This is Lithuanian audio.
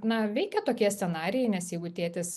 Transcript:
na veikia tokie scenarijai nes jeigu tėtis